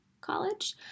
college